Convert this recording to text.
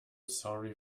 sorry